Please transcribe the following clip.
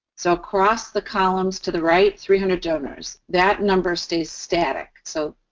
so, across the columns to the right, three hundred donors. that number stays static. so,